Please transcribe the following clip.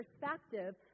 perspective